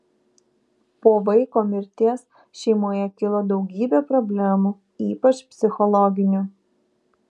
po vaiko mirties šeimoje kilo daugybė problemų ypač psichologinių